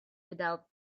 without